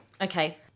Okay